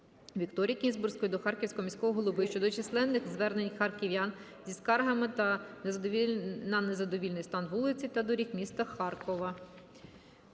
Вікторії Кінзбурської до Харківського міського голови щодо численних звернень харків'ян зі скаргами на незадовільний стан вулиць та доріг міста Харкова.